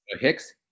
Hicks